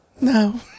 No